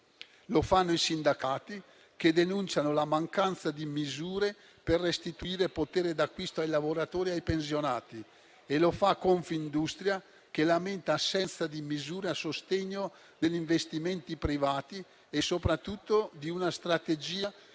lo fanno i sindacati che denunciano la mancanza di misure per restituire potere d’acquisto ai lavoratori e ai pensionati e lo fa Confindustria che lamenta assenza di misure a sostegno degli investimenti privati e soprattutto di una strategia